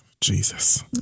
Jesus